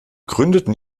gründeten